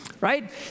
right